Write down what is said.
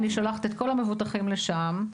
אני שולחת את כל המבוטחים לשם.